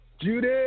Judy